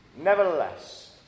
Nevertheless